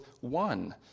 one